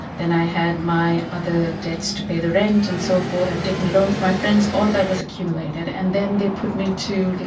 then i had my other debts to pay the rent and so forth, i've taken a loan from my friends, all that was accumulated. and then they put me to, like